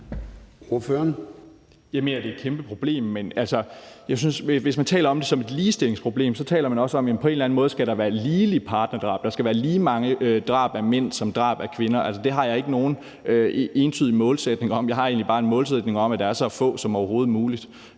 hvis man taler om det som et ligestillingsproblem, taler man også om, at der på en eller anden måde skal være en ligelighed i partnerdrab; der skal være lige mange drab på mænd som drab på kvinder. Altså, det har jeg ikke nogen entydig målsætning om. Jeg har egentlig bare en målsætning om, at der er så få som muligt,